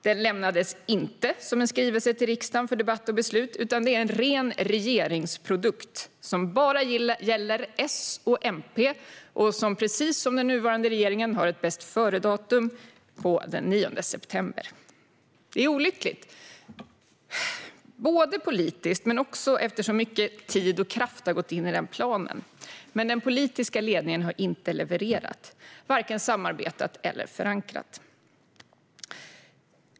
Den lämnades inte som en skrivelse till riksdagen för debatt och beslut, utan den är en ren regeringsprodukt som bara gäller för S och MP. Precis som den nuvarande regeringen har den också ett bästföredatum som är den 9 september. Det är olyckligt - både politiskt och för att mycket tid och kraft har gått in i den planen. Men den politiska ledningen har inte levererat. Den har varken samarbetat eller förankrat.